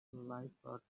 lifeguards